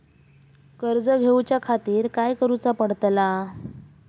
कर्ज घेऊच्या खातीर काय करुचा पडतला?